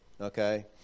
okay